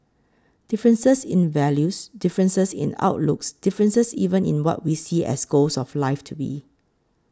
differences in values differences in outlooks differences even in what we see as goals of life to be